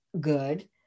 good